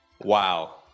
Wow